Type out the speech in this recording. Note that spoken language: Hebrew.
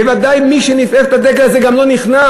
בוודאי מי שנופף את הדגל הזה גם לא נכנס.